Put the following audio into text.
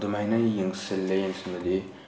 ꯑꯗꯨꯃꯥꯏꯅ ꯌꯦꯡꯁꯤꯜꯂꯦ ꯌꯦꯡꯁꯤꯟꯕꯗꯤ